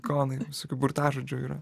konai visokių burtažodžių yra